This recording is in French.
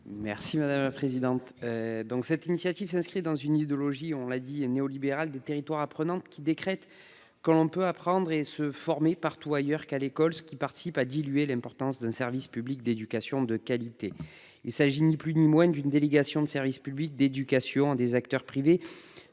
M. Jérémy Bacchi. Cette initiative s'inscrit dans l'idéologie néolibérale des territoires apprenants, qui décrète que l'on peut apprendre et se former partout ailleurs qu'à l'école, ce qui participe à diluer l'importance d'un service public d'éducation de qualité. Il s'agit ni plus ni moins d'une délégation du service public de l'éducation à des acteurs privés.